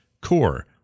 CORE